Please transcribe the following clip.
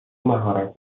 مهارت